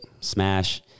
smash